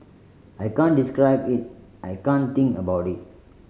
I can't describe it I can't think about it